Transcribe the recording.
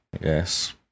Yes